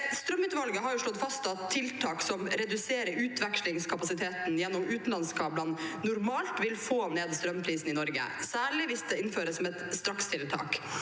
Strømutvalget har slått fast at tiltak som reduserer utvekslingskapasiteten gjennom utenlandskablene, normalt vil få ned strømprisen i Norge, særlig hvis det innføres som et strakstiltak.